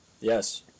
Yes